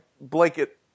blanket